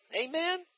amen